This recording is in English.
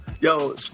Yo